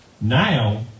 now